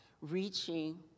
reaching